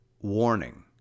Warning